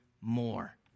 more